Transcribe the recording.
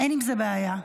טוב.